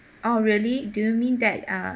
oh really do you mean that uh